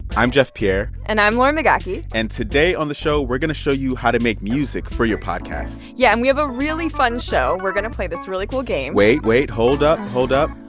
i'm jeff pierre and i'm lauren mcgaughy and today on the show, we're going to show you how to make music for your podcast yeah, and we have a really fun show. we're going to play this really cool game wait. wait. hold up. hold up.